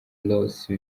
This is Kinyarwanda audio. ross